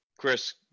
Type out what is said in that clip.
Chris